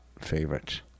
favorites